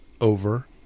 over